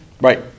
Right